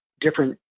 different